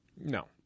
No